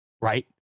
right